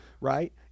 Right